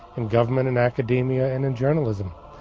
in government, in academia and in journalism.